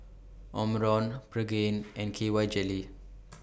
Omron Pregain and K Y Jelly